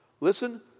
Listen